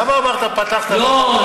למה פתחת ואמרת, לא.